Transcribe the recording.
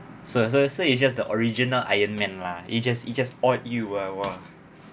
so so so is just the original iron man lah it just it just odd you while watch